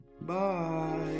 bye